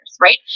right